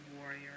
warrior